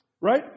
right